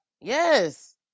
Yes